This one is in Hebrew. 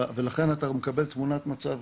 ולכן אתה מקבל תמונת מצב.